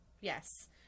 yes